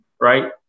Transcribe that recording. right